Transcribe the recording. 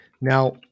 Now